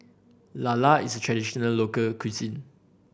lala is a traditional local cuisine